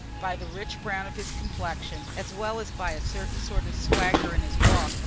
by the rich brown of his complexion, as well as by a certain sort of swagger in his walk,